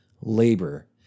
labor